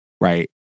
Right